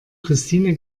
christine